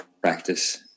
practice